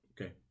Okay